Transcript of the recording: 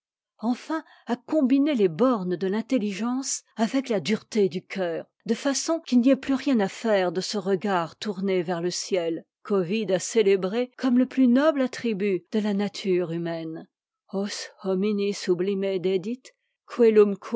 enfin à combiner les bornes de l'intelligence avec la dureté du cœur de façon qu'il n'y ait plus rien à faire de ce regard tourné vers le ciel qu'ovide a célébré comme le plus noble attribut de la nature humaine